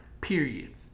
period